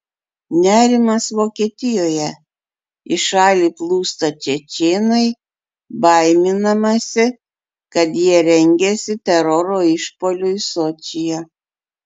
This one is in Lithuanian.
nerimas vokietijoje į šalį plūsta čečėnai baiminamasi kad jie rengiasi teroro išpuoliui sočyje